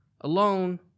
alone